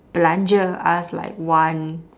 belanja us like one